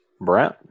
brent